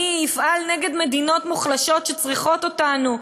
אני אפעל נגד מדינות מוחלשות שצריכות אותנו.